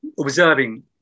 observing